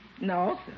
No